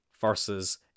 versus